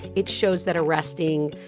it shows that arresting,